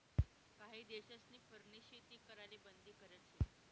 काही देशस्नी फरनी शेती कराले बंदी करेल शे